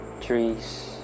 trees